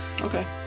Okay